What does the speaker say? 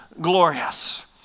glorious